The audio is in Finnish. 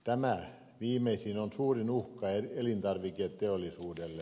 tämä viimeisin on suurin uhka elintarviketeollisuudelle